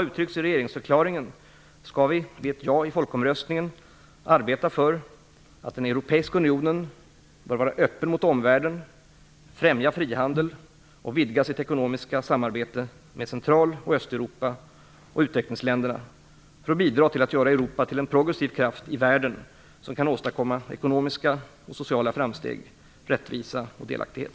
I regeringsförklaringen uttryckte vi det så att vi vid ett ja i folkomröstningen skall arbeta för att "den europeiska unionen bör vara öppen mot omvärlden, främja frihandel och vidga sitt ekonomiska samarbete med Central och Östeuropa och utvecklingsländerna" för att bidra till att "göra Europa till en progressiv kraft i världen som kan åstadkomma ekonomiska och sociala framsteg, rättvisa och delaktighet".